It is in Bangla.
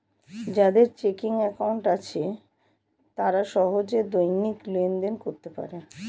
যাদের চেকিং অ্যাকাউন্ট আছে তারা সহজে দৈনিক লেনদেন করতে পারে